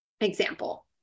example